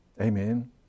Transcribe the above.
Amen